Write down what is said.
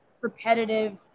repetitive